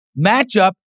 matchup